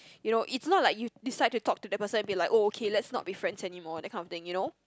you know it's not like you decide to talk to that person and be like oh okay let's not be friends anymore that kind of thing you know